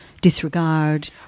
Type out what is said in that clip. disregard